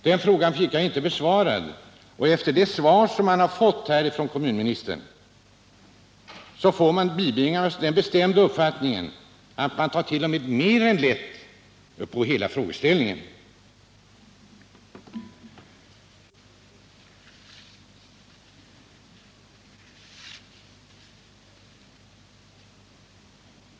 Den frågan fick jag inte besvarad. Av det svar som kommunministern lämnat bibringas man den bestämda uppfattningen att regeringen tar t.o.m. mer än lätt på hela frågeställningen.